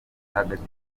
hagati